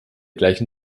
gleichen